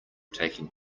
taking